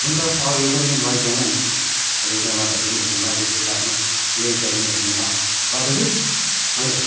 हुन्छ अरू पनि लैजाउँला नि अरू क्यामराहरू पनि हेरौँला पिछे बादमा लेन्सहरू पनि हेरौँला ल दाजु हुन्छ